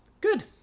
good